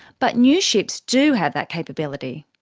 but new ships do have that capability.